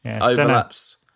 overlaps